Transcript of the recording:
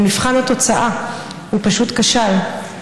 במבחן התוצאה הוא פשוט כשל.